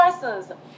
persons